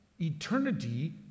eternity